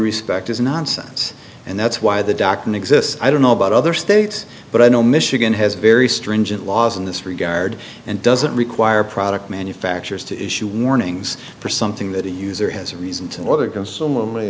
respect is nonsense and that's why the doctrine exists i don't know about other states but i know michigan has very stringent laws in this regard and doesn't require product manufacturers to issue warnings for something that a user has a reason to or